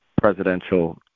presidential